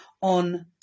on